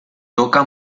toca